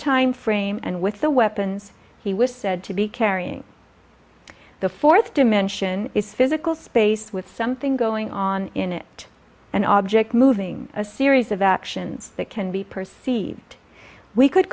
time frame and with the weapons he was said to be carrying the fourth dimension is physical space with something going on in it an object moving a series of actions that can be perceived we could